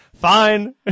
Fine